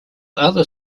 other